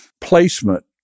placement